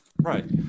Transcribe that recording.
right